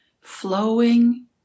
flowing